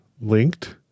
linked